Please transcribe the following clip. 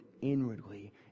inwardly